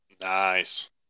nice